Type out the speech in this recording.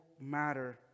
matter